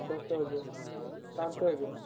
ଦଶ ହଜାର ପାଞ୍ଚ ହଜାର